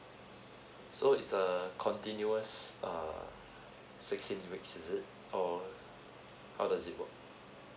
so it's err continuous err sixteen weeks is it or how does it work